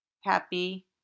happy